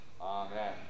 Amen